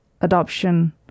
adoption